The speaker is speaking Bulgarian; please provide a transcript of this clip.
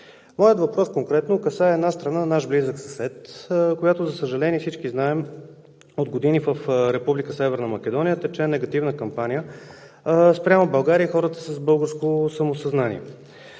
Моят въпрос конкретно касае една страна, наш близък съсед, която, за съжаление, всички знаем, от години в Република Северна Македония тече негативна кампания спрямо България и хората с българско самосъзнание.